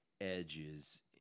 edges